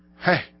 Hey